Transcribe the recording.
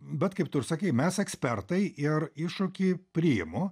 bet kaip tu ir sakei mes ekspertai ir iššūkį priimu